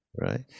right